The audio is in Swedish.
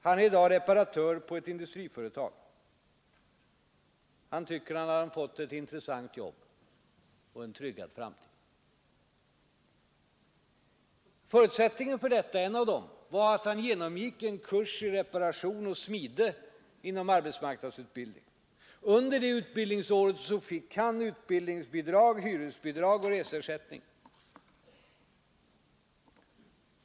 Han är i dag reparatör på ett industriföretag och tycker att han har fått ett intressant arbete och en tryggad framtid. En av förutsättningarna för att han skulle få detta nya jobb var att han hade genomgått en kurs i reparation och smide inom arbetsmarknadsutbildningen. Under utbildningsåret fick han utbildningsbidrag, hyresbidrag och reseersättning.